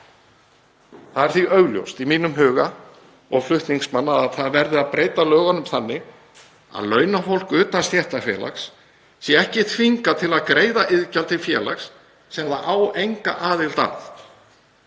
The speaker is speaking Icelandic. Það er því augljóst í mínum huga og flutningsmanna að það verður að breyta lögunum þannig að launafólk utan stéttarfélags sé ekki þvingað til að greiða iðgjald til félags sem það á enga aðild að.